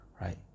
right